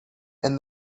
and